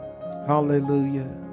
Hallelujah